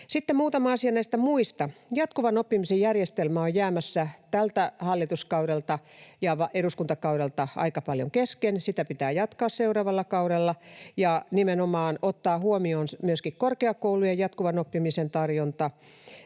muutama asia näistä muista: Jatkuvan oppimisen järjestelmä on jäämässä tältä hallituskaudelta ja eduskuntakaudelta aika paljon kesken. Sitä pitää jatkaa seuraavalla kaudella ja nimenomaan ottaa huomioon myöskin korkeakoulujen jatkuvan oppimisen tarjonta.